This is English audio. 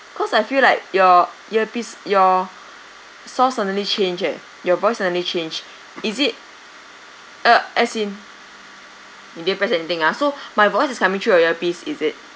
cause I feel like your earpiece your sound suddenly changed eh your voice suddenly changed is it uh as in you didn't press anything ah so my voice is coming through your earpiece is it